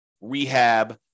rehab